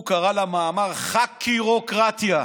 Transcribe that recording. הוא קרא למאמר "חקירוקרטיה",